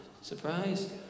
Surprise